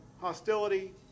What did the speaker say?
hostility